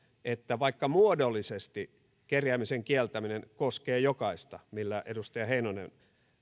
että vaikka muodollisesti kerjäämisen kieltäminen koskee jokaista millä edustaja heinonen